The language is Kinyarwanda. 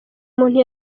umuntu